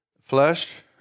flesh